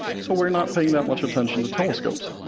so we're not paying that much attention to telescopes.